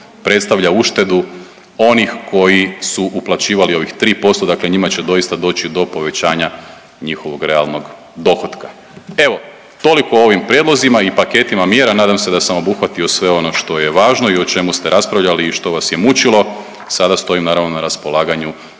predstavlja uštedu onih koji su uplaćivali ovih 3%, dakle njima će doista doći do povećanja njihovog realnog dohotka. Evo, toliko o ovim prijedlozima i paketima mjera. Nadam se da sam obuhvatio sve ono što je važno i o čemu ste raspravljali i što vas je mučilo. Sada stojim naravno na raspolaganju